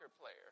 player